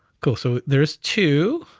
cool, so there is two,